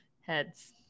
Heads